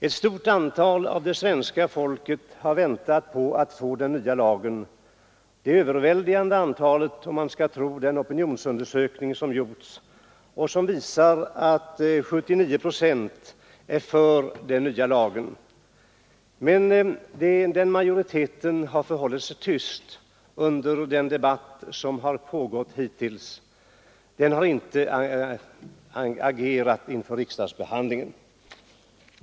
Ett stort antal av det svenska folket har väntat på att få den nya lagen, det överväldigande antalet om man skall tro den opinionsundersökning som gjorts och som visar att 79 procent är för den nya lagen. Men den majoriteten har förhållit sig tyst under den debatt som pågått hittills. Den har inte agerat inför riksdagsbehandlingen.